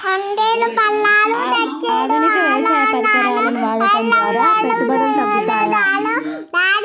ఆధునిక వ్యవసాయ పరికరాలను వాడటం ద్వారా పెట్టుబడులు తగ్గుతయ?